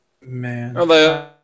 Man